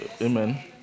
Amen